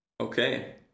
Okay